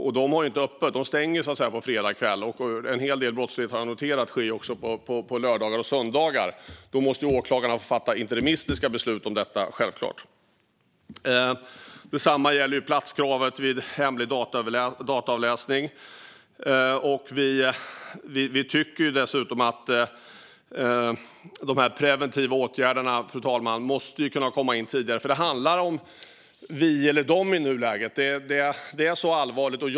Men de har inte öppet på helgerna utan stänger på fredagskvällarna, och jag har noterat att en hel del brottslighet sker även på lördagar och söndagar. Då måste självklart åklagarna få fatta interimistiska beslut om detta. Detsamma gäller platskravet vid hemlig dataavläsning. Fru talman! Vi tycker dessutom att de preventiva åtgärderna måste kunna vidtas tidigare. Det handlar om vi eller dom i nuläget. Så allvarligt är det.